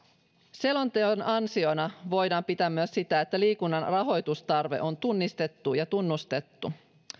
selonteon ansiona voidaan pitää myös sitä että liikunnan rahoitustarve on tunnistettu ja tunnustettu valtion